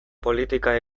politika